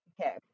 Okay